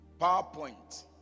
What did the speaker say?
PowerPoint